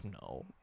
No